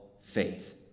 faith